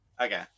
okay